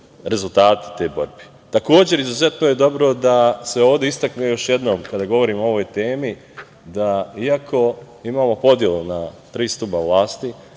rezultati te borbe. Takođe, izuzetno je dobro da se ovde istakne još jednom, kada govorimo o ovoj temi, da iako imamo podelu na tri stuba vlasti,